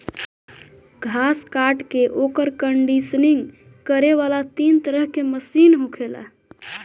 घास काट के ओकर कंडीशनिंग करे वाला तीन तरह के मशीन होखेला